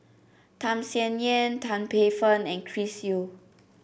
Tham Sien Yen Tan Paey Fern and Chris Yeo